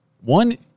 One